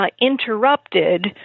interrupted